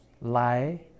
lie